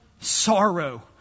sorrow